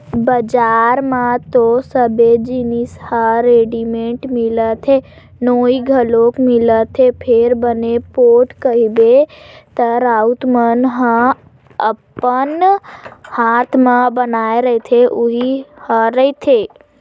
बजार म तो सबे जिनिस ह रेडिमेंट मिलत हे नोई घलोक मिलत हे फेर बने पोठ कहिबे त राउत मन ह अपन हात म बनाए रहिथे उही ह रहिथे